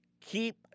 keep